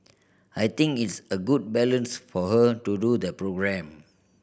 I think it's a good balance for her to do the programme